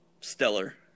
stellar